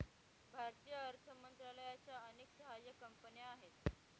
भारतीय अर्थ मंत्रालयाच्या अनेक सहाय्यक कंपन्या आहेत